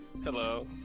hello